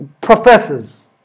Professors